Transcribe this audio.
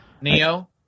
Neo